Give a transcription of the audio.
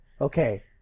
Okay